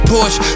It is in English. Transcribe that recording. Porsche